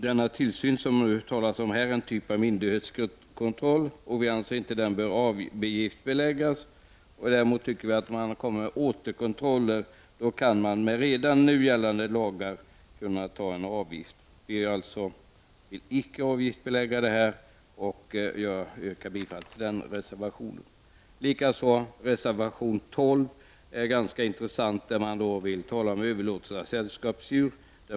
Den tillsyn som det här talas om är en typ av myndighetskontroll. Vi anser inte att den bör avgiftsbeläggas. Däremot tycker vi att om man återkommer med kontroller, kan med redan nu gällande lagar ta ut en avgift. Vi vill således inte avgiftsbelägga detta. Jag yrkar bifall till reservation nr 8. Reservation 12 är ganska intressant. Det gäller överlåtelse av sällskapsdjur.